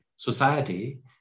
society